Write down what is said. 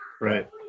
Right